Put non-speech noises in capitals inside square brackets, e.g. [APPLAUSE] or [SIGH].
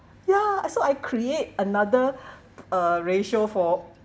ya so I create another [BREATH] uh ratio for